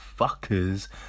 fuckers